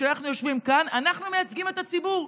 כשאנחנו יושבים כאן אנחנו מייצגים את הציבור.